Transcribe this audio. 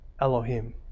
Elohim